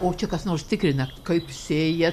o čia kas nors tikrina kaip sėja